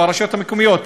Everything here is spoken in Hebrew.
או הרשויות המקומיות,